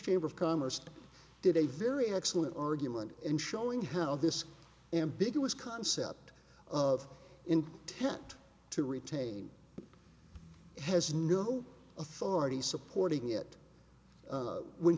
chamber of commerce did a very excellent argument in showing how this ambiguous concept of intent to retain has no authority supporting it when